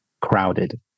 crowded